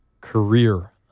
career